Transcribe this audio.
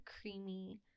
creamy